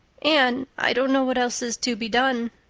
anne, i don't know what else is to be done.